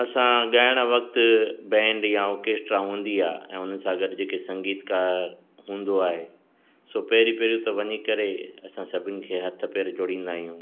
असां ॻाइण वक़्तु बैंड या ऑर्केस्ट्रा हूंदी आहे ऐं उन सां गॾु जेको संगीतकारु हूंदो आहे सो पहिरीं पहिरीं त वञी करे असां सभिनि खे हथ पेर जोड़ींदा आहियूं